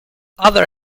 other